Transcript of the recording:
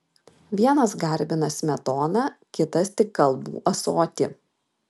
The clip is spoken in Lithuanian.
vienas garbina smetoną kitas tik kalbų ąsotį